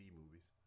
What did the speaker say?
movies